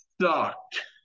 sucked